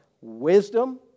wisdom